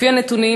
לפי הנתונים,